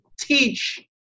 teach